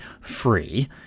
free